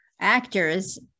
actors